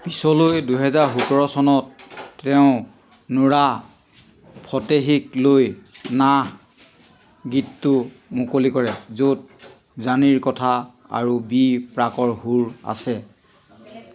পিছলৈ দুহেজাৰ সোতৰ চনত তেওঁ নোৰা ফটেহীক লৈ নাহ গীতটো মুকলি কৰে য'ত জানীৰ কথা আৰু বি প্ৰাকৰ সুৰ আছে